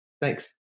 Thanks